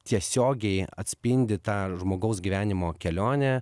tiesiogiai atspindi tą žmogaus gyvenimo kelionę